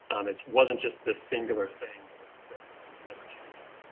it wasn't just this singular thing. it was fixed and never changing.